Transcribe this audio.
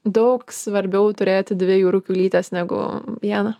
daug svarbiau turėti dvi jūrų kiaulytes negu vieną